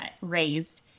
raised